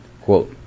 Quote